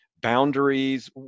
boundaries